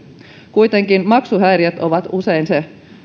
kuitenkin maksuhäiriöt ovat usein se